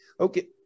Okay